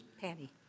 Patty